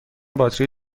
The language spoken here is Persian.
باتری